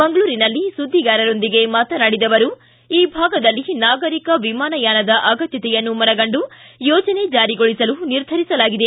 ಮಂಗಳೂರಿನಲ್ಲಿ ಸುದ್ದಿಗಾರರೊಂದಿಗೆ ಮಾತನಾಡಿದ ಅವರು ಈ ಭಾಗದಲ್ಲಿ ನಾಗರಿಕ ವಿಮಾನಯಾನದ ಅಗತ್ಯತೆಯನ್ನು ಮನಗಂಡು ಯೋಜನೆ ಜಾರಿಗೊಳಿಸಲು ನಿರ್ಧರಿಸಲಾಗಿದೆ